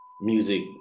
music